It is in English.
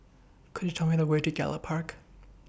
Could YOU Tell Me The Way to Gallop Park